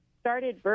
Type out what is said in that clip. started